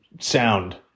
sound